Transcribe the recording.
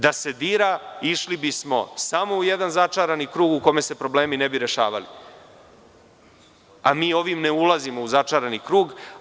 Da se dira, išli bismo samo u jedan začarani krug u kome se problemi ne bi rešavali, a mi ovim ne ulazimo u začarani krug.